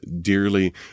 dearly